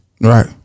Right